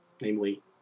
namely